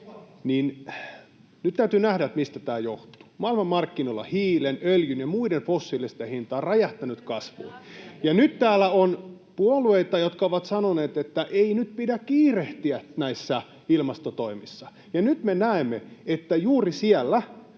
täytyy nähdä, mistä tämä johtuu. Maailmanmarkkinoilla hiilen, öljyn ja muiden fossiilisten hinta on räjähtänyt kasvuun, ja nyt täällä on puolueita, jotka ovat sanoneet, että ei nyt pidä kiirehtiä näissä ilmastotoimissa. Nyt me näemme, että juuri siellä,